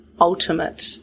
ultimate